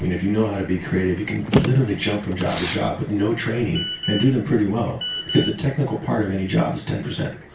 if you know how to be creative, you can literally jump from job to job with no training and do them pretty well. because the technical part of any job is ten percent.